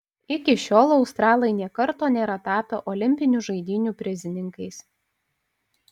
iki šiol australai nė karto nėra tapę olimpinių žaidynių prizininkais